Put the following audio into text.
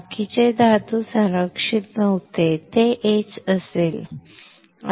बाकीचे धातू संरक्षित नव्हते ते एच असेल